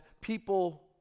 people